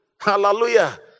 Hallelujah